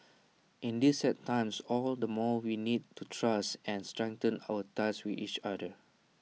in these sad times all the more we need to trust and strengthen our ties with each other